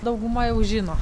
dauguma jau žino